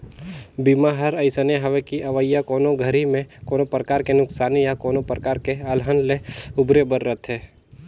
बीमा हर अइसने हवे कि अवइया कोनो घरी मे कोनो परकार के नुकसानी या कोनो परकार के अलहन ले उबरे बर रथे